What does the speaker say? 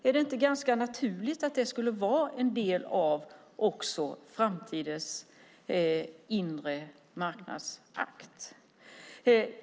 Är det inte naturligt att det skulle vara en del av framtidens inre marknadsakt?